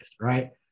right